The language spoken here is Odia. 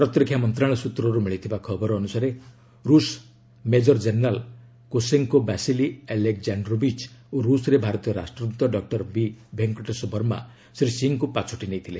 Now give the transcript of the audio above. ପ୍ରତିରକ୍ଷା ମନ୍ତ୍ରଣାଳୟ ସ୍ୱତ୍ରରୁ ମିଳିଥିବା ଖବର ଅନୁସାରେ ରୁଷ୍ major general Koshenko Vasili Alexandrovich ଓ ରୁଷରେ ଭାରତୀୟ ରାଷ୍ଟ୍ରଦତ ଡକୁର ବି ଭେଙ୍କଟେଶ ବର୍ମା ଶ୍ରୀ ସିଂହଙ୍କୁ ପାଛୋଟି ନେଇଥିଲେ